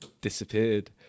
disappeared